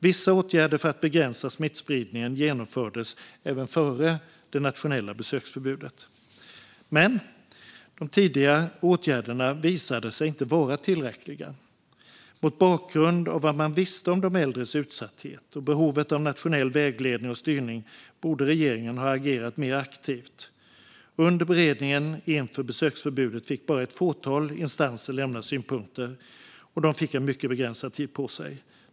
Vissa åtgärder för att begränsa smittspridningen genomfördes även före det nationella besöksförbudet. De tidiga åtgärderna visade sig dock inte vara tillräckliga. Mot bakgrund av vad man visste om de äldres utsatthet och behovet av nationell vägledning och styrning borde regeringen ha agerat mer aktivt. Under beredningen inför besöksförbudet fick bara ett fåtal instanser lämna synpunkter, och de fick mycket begränsad tid på sig.